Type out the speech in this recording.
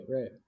right